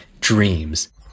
dreams